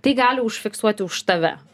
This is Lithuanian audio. tai gali užfiksuoti už tave